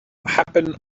happen